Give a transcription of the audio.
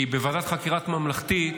כי בוועדת חקירה ממלכתית